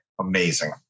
amazing